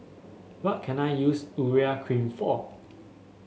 what can I use Urea Cream for